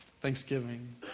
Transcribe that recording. Thanksgiving